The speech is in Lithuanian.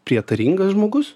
prietaringas žmogus